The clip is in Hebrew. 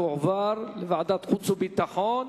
יועבר לוועדת החוץ והביטחון.